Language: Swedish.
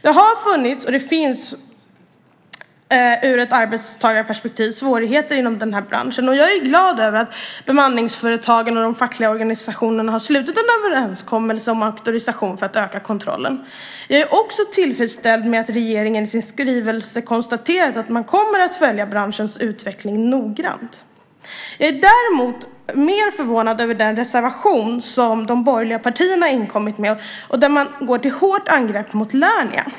Det har funnits och det finns, ur ett arbetstagarperspektiv, svårigheter inom den här branschen. Jag är glad över att bemanningsföretagen och de fackliga organisationerna har slutit en överenskommelse om auktorisation för att öka kontrollen. Jag är också tillfredsställd med att regeringen i sin skrivelse har konstaterat att man kommer att följa branschens utveckling noggrant. Jag är däremot mer förvånad över den reservation som de borgerliga partierna inkommit med, där man går till hårt angrepp mot Lernia.